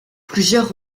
plusieurs